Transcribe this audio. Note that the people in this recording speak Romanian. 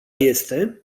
este